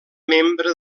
membre